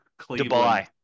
Dubai